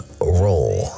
role